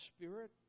Spirit